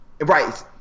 right